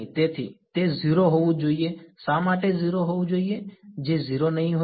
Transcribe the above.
તેથી તે 0 હોવું જોઈએ શા માટે 0 હોવું જોઈએ જે 0 નહીં હોય